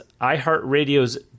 iHeartRadio's